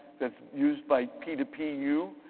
that's used by p two p u,